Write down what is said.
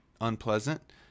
unpleasant